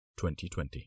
2020